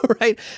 right